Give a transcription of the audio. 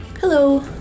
Hello